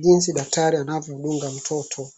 jinsi daktari anavyodunga mtoto.